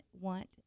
want